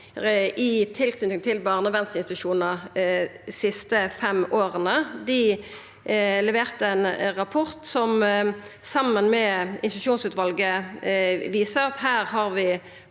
i tilknyting til barnevernsinstitusjonar dei siste fem åra. Dei leverte ein rapport som, saman med institusjonsutvalet, viser at vi har